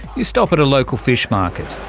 you stop at a local fish-market.